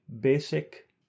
basic